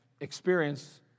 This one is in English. experience